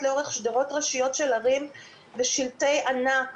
לאורך שדרות ראשיות של ערים והיו שלטי ענק